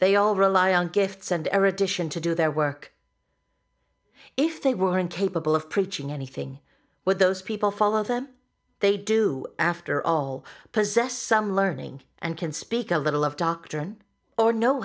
they all rely on gifts and erudition to do their work if they were incapable of preaching anything but those people follow them they do after all possess some learning and can speak a little of doctrine or know